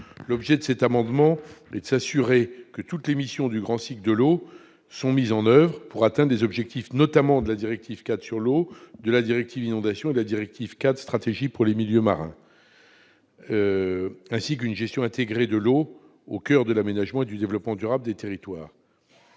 l'eau, il est nécessaire de s'assurer que toutes les missions du grand cycle de l'eau sont mises en oeuvre pour atteindre les objectifs notamment de la directive-cadre sur l'eau, de la directive inondation et de la directive-cadre stratégie pour le milieu marin, et une gestion intégrée de l'eau au coeur de l'aménagement et du développement durable des territoires.